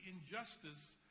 injustice